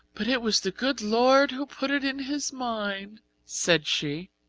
but it was the good lord who put it in his mind said she.